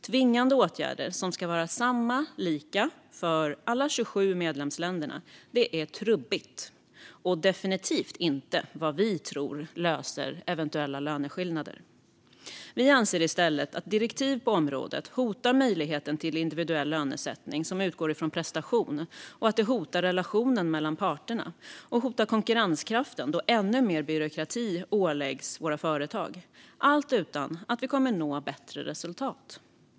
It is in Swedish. Tvingande åtgärder som ska vara desamma för alla 27 medlemsländer är trubbigt och definitivt inte vad vi tror löser eventuella löneskillnader. Vi anser i stället att direktiv på området hotar möjligheten till en individuell lönesättning som utgår från prestation och att det hotar relationen mellan parterna. Det hotar även konkurrenskraften då ännu mer byråkrati åläggs våra företag. Allt detta sker utan att vi når bättre resultat.